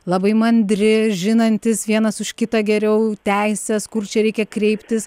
labai mandri žinantys vienas už kitą geriau teises kur čia reikia kreiptis